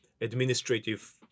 administrative